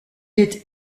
est